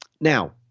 now